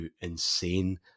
insane